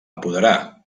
apoderar